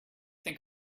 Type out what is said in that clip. think